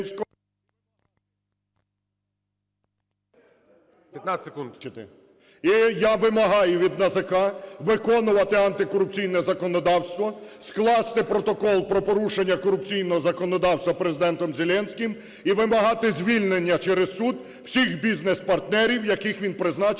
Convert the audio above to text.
я вимагаю від НАЗК виконувати антикорупційне законодавство: скласти протокол про порушення корупційного законодавства Президентом Зеленським і вимагати звільнення через суд всіх бізнес-партнерів, яких він призначив